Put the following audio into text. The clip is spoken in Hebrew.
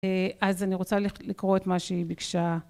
אז אני רוצה לקרוא את מה שהיא ביקשה.